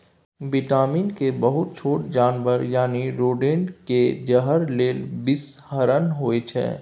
vitamin K बहुत छोट जानबर यानी रोडेंट केर जहर लेल बिषहरण होइ छै